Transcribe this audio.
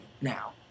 now